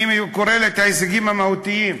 אני קורא את ההישגים המהותיים,